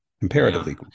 imperatively